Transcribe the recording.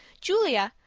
julia,